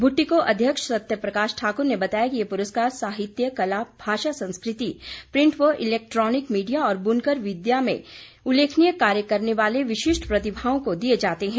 भुट्टिको अध्यक्ष सत्यप्रकाश ठाकुर ने बताया कि ये पुरस्कार साहित्य कला भाषा संस्कृति प्रिंट व इलेक्ट्रॉनिक मीडिया और बुनकर विधा में उल्लेखनीय कार्य करने वाले विशिष्ट प्रतिभाओं को दिए जाते हैं